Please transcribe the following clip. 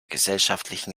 gesellschaftlichen